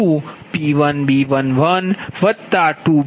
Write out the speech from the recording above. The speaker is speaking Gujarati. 016 dPLossdP22P2B222B22P12B32P30